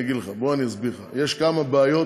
אני אגיד לך, בוא ואסביר לך: יש כמה בעיות,